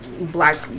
black